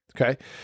Okay